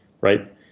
right